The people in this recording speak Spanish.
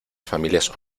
familias